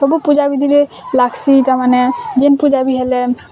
ସବୁ ପୂଜା ବିଧିରେ ଲାଗ୍ସି ଏଇଟା ମାନେ ଯେନ୍ ପୂଜା ବି ହେଲେ